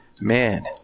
Man